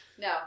No